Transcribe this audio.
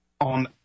on